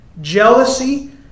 jealousy